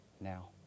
now